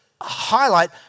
highlight